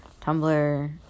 tumblr